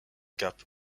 cape